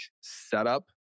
setup